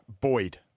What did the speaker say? Boyd